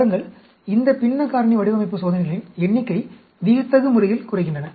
பாருங்கள் இந்த பின்ன காரணி வடிவமைப்புகள் சோதனைகளின் எண்ணிக்கையை வியத்தகு முறையில் குறைக்கின்றன